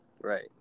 Right